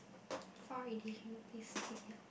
fall already can you please pick it up